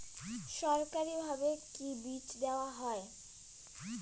সরকারিভাবে কি বীজ দেওয়া হয়?